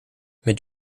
met